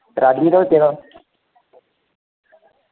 Redmi दा बी पदा